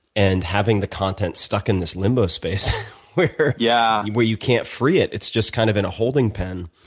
and having the content stuck in this limbo space where yeah where you can't free it. it's just kind of in a holding pen.